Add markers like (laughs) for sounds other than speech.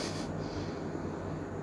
(laughs) (breath)